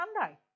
Sunday